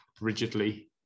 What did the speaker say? rigidly